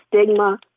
stigma